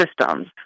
systems